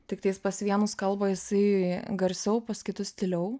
tiktais pas vienus kalba jisai garsiau pas kitus tyliau